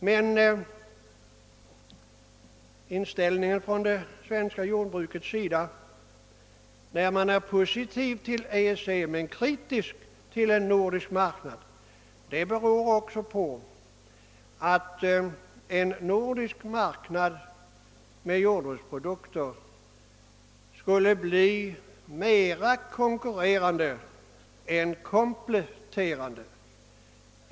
Men det förhållandet att det svenska jordbruket är positivt till EEC men kritiskt till en nordisk marknad beror också på att en nordisk marknad med jordbruksprodukter skulle bli mer konkurrerande än kompletterande.